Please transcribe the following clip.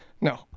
No